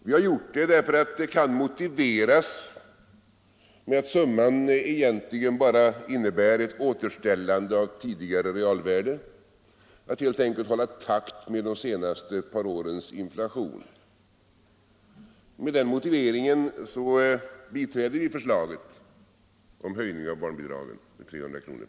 Vi har dock gjort det därför att det kan motiveras med att summan egentligen bara innebär ett återställande av tidigare realvärde, dvs. för att helt enkelt hålla takt med de senaste årens inflation. Med den motiveringen biträder vi förslaget om höjning av barnbidragen med 300 kr.